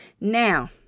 Now